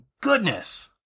goodness